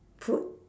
food